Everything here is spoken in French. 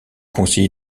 conseillers